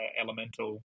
elemental